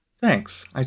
thanks